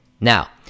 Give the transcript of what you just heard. Now